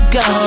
go